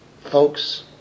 Folks